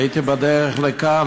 הייתי בדרך לכאן,